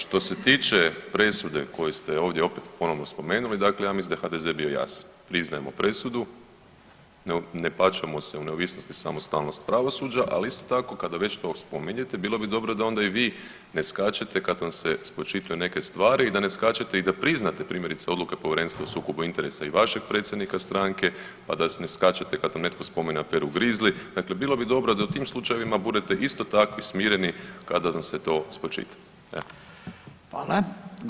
Što se tiče presude koje ste ovdje opet ponovno spomenuli, dakle ja mislim da je HDZ bio jasan, priznajemo presudu, ne pačamo se u neovisnost i samostalnost pravosuđa, ali isto tako kada već to spominjete bilo bi dobro da onda i vi ne skačete kad vam se spočita neke stvari i da ne skačete i da priznate primjerice odluke Povjerenstva o sukobu interesa i vašeg predsjednika stranke, a da se ne skačete kad vam netko spomene aferu Grizlu, dakle bilo bi dobro da u tim slučajevima budete isto takvi smireni kada vam se to spočita, evo.